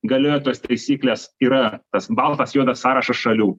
galioja tos taisyklės yra tas baltas juodas sąrašas šalių